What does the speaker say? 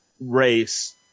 race